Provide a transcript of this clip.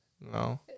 No